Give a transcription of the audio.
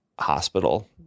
hospital